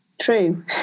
true